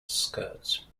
skirts